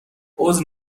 عذر